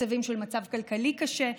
מצבים של מצב כלכלי קשה,